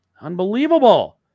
Unbelievable